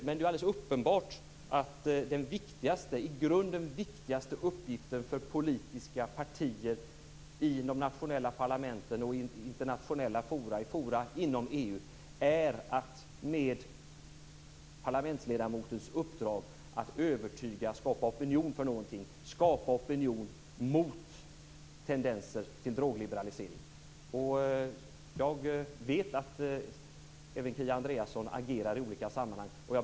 Men det är alldeles uppenbart att den i grunden viktigaste uppgiften för politiska partier i de nationella parlamenten och i internationella fora, t.ex. inom EU, är att med parlamentsledamotens uppdrag övertyga och skapa opinion för någonting, i det här fallet skapa opinion mot tendenser till drogliberalisering. Jag vet att även Kia Andreasson agerar i olika sammanhang.